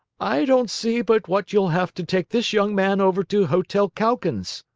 i don't see but what you'll have to take this young man over to hotel calkins.